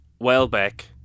Welbeck